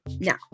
Now